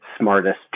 smartest